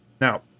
Now